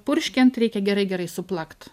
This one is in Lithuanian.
purškiant reikia gerai gerai suplakt